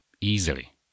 easily